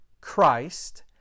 Christ